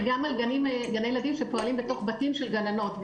וגם על גני ילדים שפועלים בתוך בתים של גננות.